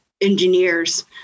engineers